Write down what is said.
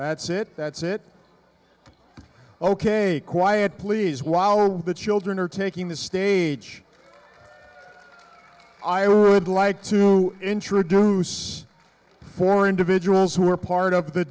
that's it that's it ok quiet please while the children are taking the stage i would like to introduce four individuals who are part of the